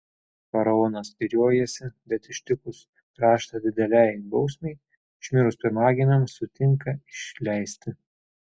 faraonas spyriojasi bet ištikus kraštą didelei bausmei išmirus pirmagimiams sutinka išleisti